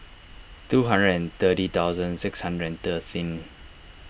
two hundred and thirty thousand six hundred and thirteen